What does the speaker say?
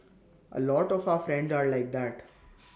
A lot of our friends are like that